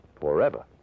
forever